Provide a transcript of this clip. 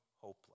hopeless